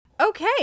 okay